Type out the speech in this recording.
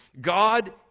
God